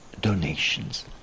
donations